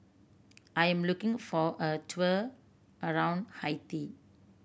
I am looking for a tour around Haiti